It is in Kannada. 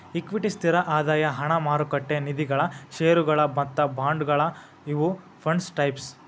ಇಕ್ವಿಟಿ ಸ್ಥಿರ ಆದಾಯ ಹಣ ಮಾರುಕಟ್ಟೆ ನಿಧಿಗಳ ಷೇರುಗಳ ಮತ್ತ ಬಾಂಡ್ಗಳ ಇವು ಫಂಡ್ಸ್ ಟೈಪ್ಸ್